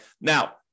Now